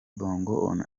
bongo